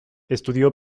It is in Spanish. estudió